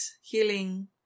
healing